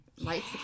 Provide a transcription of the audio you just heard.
lights